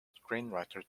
screenwriter